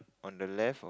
on the left